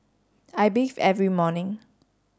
I bathe every morning